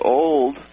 old